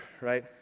right